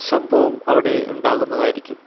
സംഭവം അവിടെ ഉണ്ടാകുന്നതായിരിക്കും